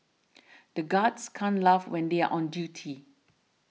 the guards can't laugh when they are on duty